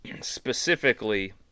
specifically